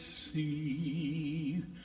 see